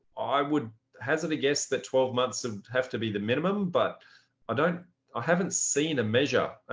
i would hazard a guess that twelve months and have to be the minimum but and i haven't seen a measure.